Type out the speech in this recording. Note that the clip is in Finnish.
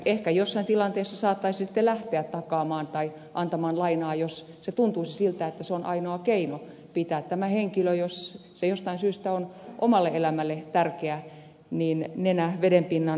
ehkä jossain tilanteessa joku saattaisi sitten lähteä takaamaan tai antamaan lainaa jos tuntuisi siltä että se on ainoa keino pitää tällä henkilöllä jos hän jostain syystä on oman elämän kannalta tärkeä nenä vedenpinnan yläpuolella